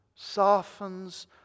softens